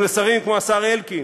אם לשרים כמו השר אלקין,